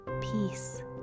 peace